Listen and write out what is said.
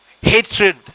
Hatred